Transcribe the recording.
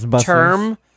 term